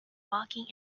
walking